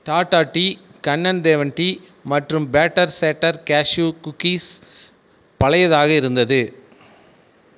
Tata tea Kannan Devan tea மற்றும் பேட்டர் சேட்டர் கேஷ்யூ குக்கீஸ் பழையதாக இருந்தது